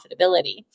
profitability